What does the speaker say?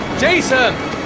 Jason